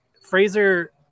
Fraser